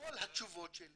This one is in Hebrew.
וכל התשובות שלי